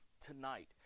tonight